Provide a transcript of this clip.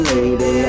Lady